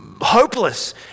hopeless